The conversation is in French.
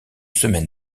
semaine